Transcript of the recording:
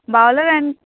bowler